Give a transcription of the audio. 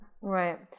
Right